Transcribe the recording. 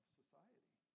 society